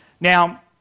Now